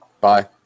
Bye